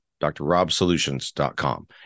drrobsolutions.com